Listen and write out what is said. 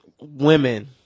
women